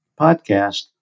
podcast